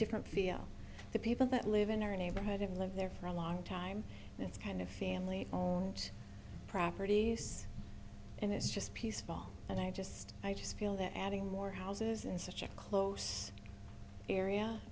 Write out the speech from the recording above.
different feel the people that live in our neighborhood have lived there for a long time and it's kind of family owned properties and it's just peaceful and i just i just feel that adding more houses in such a close area